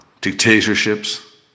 dictatorships